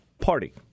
party